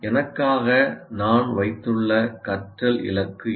எனக்காக நான் வைத்துள்ள கற்றல் இலக்கு என்ன